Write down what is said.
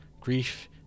Grief